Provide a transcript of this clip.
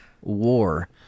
war